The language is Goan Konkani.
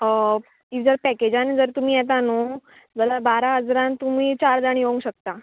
जर पॅकेजान जर तुमी येता न्हू जाल्यार बारा हजारान तुमी चार जाण येवंक शकता